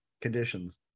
conditions